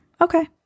okay